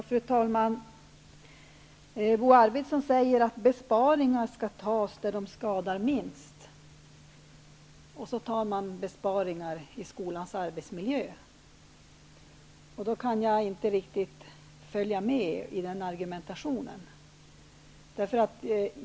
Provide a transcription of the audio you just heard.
Fru talman! Bo Arvidson säger att besparingar skall göras där de skadar minst, och så gör man besparingar i skolans arbetsmiljö. Jag kan inte riktigt följa med i den argumentationen.